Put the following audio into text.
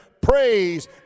praise